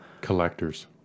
collectors